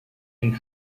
and